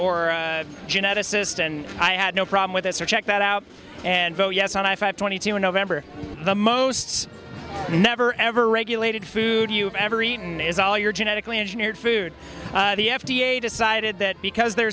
a geneticist and i had no problem with this or check that out and vote yes on i five twenty two in november the most never ever regulated food you've ever eaten is all your genetically engineered food the f d a decided that because there